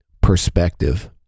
perspective